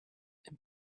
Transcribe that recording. and